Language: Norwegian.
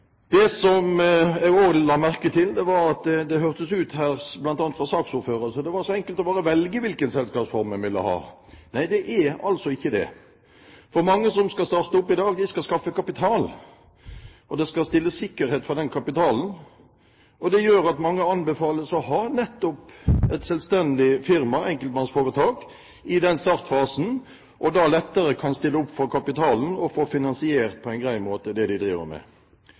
Det som jeg også la merke til, var at det her hørtes ut som, bl.a. fra saksordføreren, at det var så enkelt å velge hvilken selskapsform en ville ha. Nei, det er altså ikke det, for mange som skal starte opp i dag, skal skaffe kapital, og det skal stilles sikkerhet for den kapitalen. Det gjør at mange anbefales å ha nettopp et selvstendig firma, et enkeltmannsforetak, i den startfasen, som gjør at en lettere kan få kapital og få finansiert på en grei måte det de skal drive med.